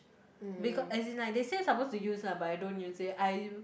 becau~ as in like they say suppose to use lah but I don't use it I